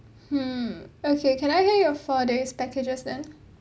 mm okay can I hear your four days packages then